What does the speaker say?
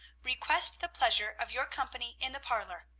request the pleasure of your company in the parlor,